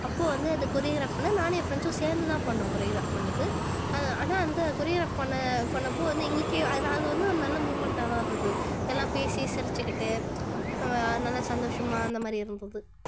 அப்போது வந்து அந்த கோரியோகிராஃப்னால் நானும் என் ஃப்ரெண்ட்ஸும் சேர்ந்துதான் பண்ணுவோம் கோரியோகிராஃப் பண்ணிணது ஆனால் அந்த கோரியோகிராஃப் பண்ணிண பண்ணிணப்போ வந்து எங்களுக்கே அது வந்து ஒரு நல்ல மூவ்மெண்ட்டாக தான் இருந்தது எல்லாம் பேசி சிரிச்சுகிட்டு நல்ல சந்தோஷமாக அந்த மாதிரி இருந்தது